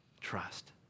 Trust